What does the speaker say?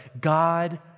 God